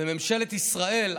וממשלת ישראל,